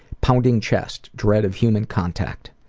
pounding chest. dread of human contact.